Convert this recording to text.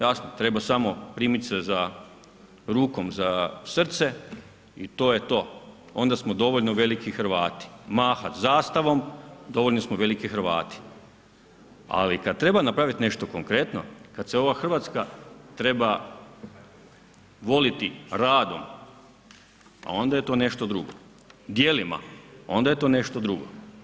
Jasno treba samo primit se za, rukom za srce i to je to onda smo dovoljno veliki Hrvati, mahat zastavom dovoljno smo veliki Hrvati, ali kad treba napravit nešto konkretno kad se ova Hrvatska treba voliti radom onda je to nešto drugo, djelima onda je to nešto drugo.